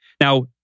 Now